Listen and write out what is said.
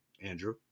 Andrew